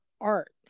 art